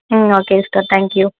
ம் okay sister thank you